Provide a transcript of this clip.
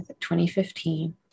2015